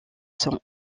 son